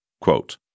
Quote